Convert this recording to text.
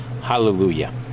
Hallelujah